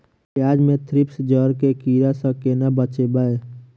प्याज मे थ्रिप्स जड़ केँ कीड़ा सँ केना बचेबै?